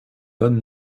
panne